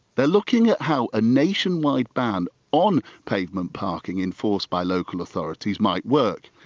they're looking at how a nationwide ban on pavement parking, enforced by local authorities, might work.